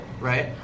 right